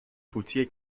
فوتی